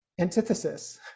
antithesis